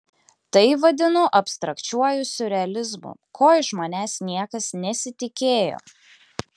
tai vadinu abstrakčiuoju siurrealizmu ko iš manęs niekas nesitikėjo